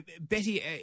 Betty